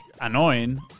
annoying